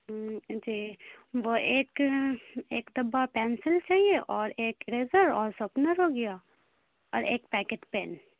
جی وہ ایک ایک ڈبہ پنسل چاہیے اور ایک ایریزر اور شارپنر ہو گیا اور ایک پیکٹ پین